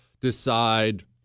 decide